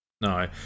No